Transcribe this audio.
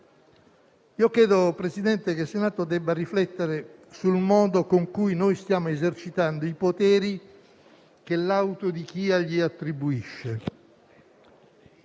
Io credo, Presidente, che il Senato debba riflettere sul modo con cui noi stiamo esercitando i poteri che l'autodichia gli attribuisce.